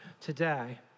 today